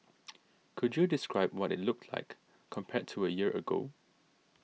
could you describe what it looked like compared to a year ago